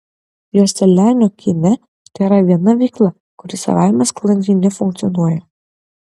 joselianio kine tėra viena veikla kuri savaime sklandžiai nefunkcionuoja